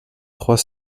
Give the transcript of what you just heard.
trois